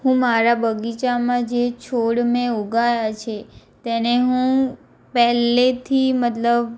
હું મારા બગીચામાં જે છોડ મેં ઉગાડ્યા છે તેને હું પહેલેથી મતલબ